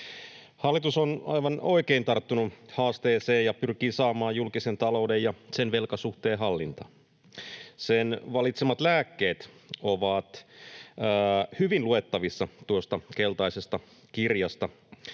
Hallitus on aivan oikein tarttunut haasteeseen ja pyrkii saamaan julkisen talouden ja sen velkasuhteen hallintaan. Sen valitsemat lääkkeet ovat hyvin luettavissa tuosta keltaisesta kirjasta.